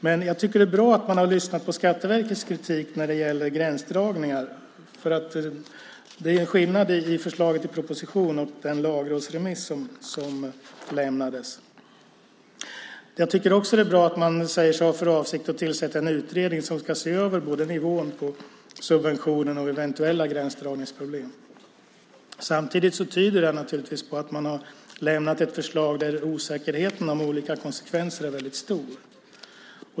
Men jag tycker att det är bra att man har lyssnat på Skatteverkets kritik när det gäller gränsdragningar. Det är skillnad på förslaget i propositionen och i den lagrådsremiss som lämnades. Jag tycker också att det är bra att man säger sig ha för avsikt att tillsätta en utredning som ska se över både nivån på subventionen och eventuella gränsdragningsproblem. Samtidigt tyder detta på att man har lämnat ett förslag där osäkerheten om olika konsekvenser är stor.